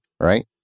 right